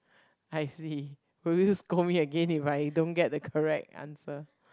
I see will you scold me again if I don't get the correct answer